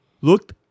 looked